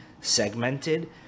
segmented